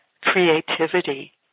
creativity